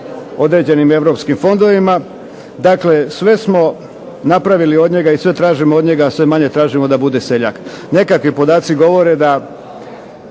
određenim europskim fondovima. Dakle, sve smo napravili od njega i sve tražimo od njega, sve manje tražimo da bude seljak. Nekakvi podaci govore da